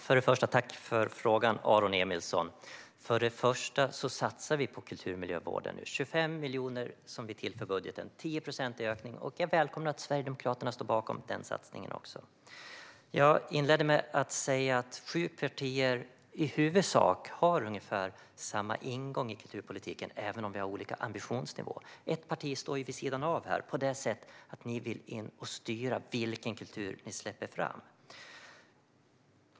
Herr talman! Tack för frågan, Aron Emilsson! Vi satsar på kulturmiljövården - vi tillför budgeten 25 miljoner, vilket är en 10-procentig ökning. Jag välkomnar att Sverigedemokraterna står bakom den satsningen. Jag inledde mitt anförande med att säga att sju partier i huvudsak har ungefär samma ingång i kulturpolitiken även om vi har olika ambitionsnivåer. Ett parti står vid sidan av på det sättet att ni vill gå in och styra vilken kultur ni släpper fram.